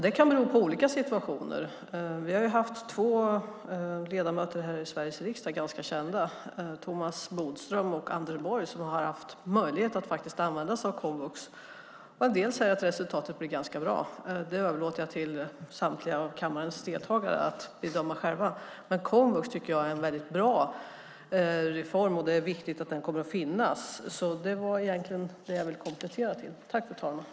Det kan bero på olika situationer. Två ganska kända ledamöter av Sveriges riksdag, Thomas Bodström och Anders Borg, har utnyttjat möjligheten att utbilda sig på komvux. En del säger att resultatet blivit ganska bra. Det överlåter jag till kammarens ledamöter att bedöma själva. Jag tycker att komvux är en mycket bra reform, och det är viktigt att det kommer att få finnas. Det var detta jag ville komplettera med.